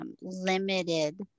limited